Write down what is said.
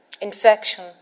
infection